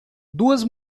duas